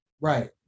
Right